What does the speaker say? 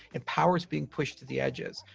and powers being pushed to the edges.